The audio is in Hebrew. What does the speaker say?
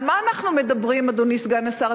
על מה אנחנו מדברים, אדוני סגן השר?